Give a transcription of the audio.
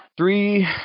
three